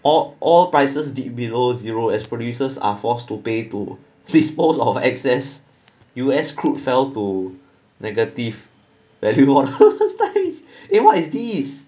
orh all prices dipped below zero as producers are forced to pay to dispose of access U_S crude fell to negative value what eh what is this